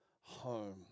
home